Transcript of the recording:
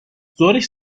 ظهرش